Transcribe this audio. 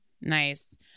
nice